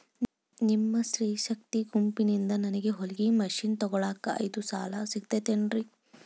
ನಿಮ್ಮ ಸ್ತ್ರೇ ಶಕ್ತಿ ಗುಂಪಿನಿಂದ ನನಗ ಹೊಲಗಿ ಮಷೇನ್ ತೊಗೋಳಾಕ್ ಐದು ಸಾಲ ಸಿಗತೈತೇನ್ರಿ?